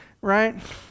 Right